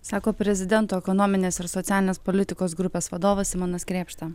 sako prezidento ekonominės ir socialinės politikos grupės vadovas simonas krėpšta